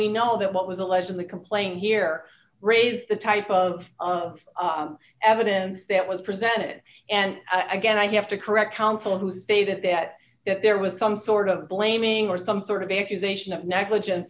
we know that what was alleged in the complaint here raise the type of evidence that was presented and again i have to correct counsel who say that that that there was some sort of blaming or some sort of accusation of negligence